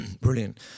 Brilliant